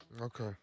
Okay